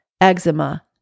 eczema